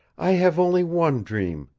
i have only one dream,